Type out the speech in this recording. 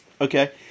Okay